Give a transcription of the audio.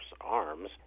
arms